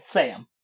Sam